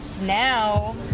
now